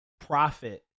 profit